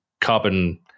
carbon